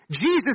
Jesus